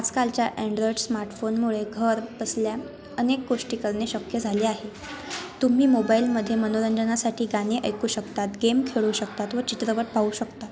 आजकालच्या अँड्रॉईड स्मार्टफोनमुळे घरबसल्या अनेक गोष्टी करणे शक्य झाले आहे तुम्ही मोबाईलमध्ये मनोरंजनासाठी गाणे ऐकू शकतात गेम खेळू शकतात व चित्रपट पाहू शकता